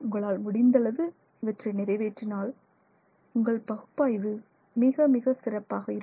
உங்களால் முடிந்த அளவு இவற்றை நிறைவேற்றினால் உங்கள் பகுப்பாய்வு மிக மிக சிறப்பாக இருக்கும்